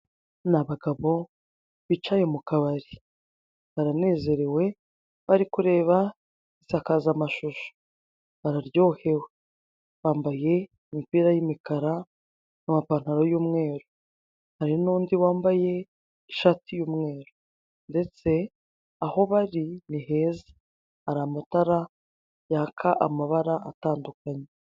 Ni abagabo bicaye mu kabari baranezerewe bari kureba insakazamashusho bararyohewe. Bambaye imipira y' imikara n' amapantaro y' umweru. Hari n' undi wambaye ishati y' umweru ndetse aho bari ni heza, hari amatara yaka amabara atandukanye.